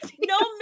no